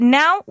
now